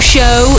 Show